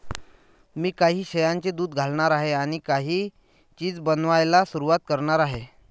मी काही शेळ्यांचे दूध घालणार आहे आणि काही चीज बनवायला सुरुवात करणार आहे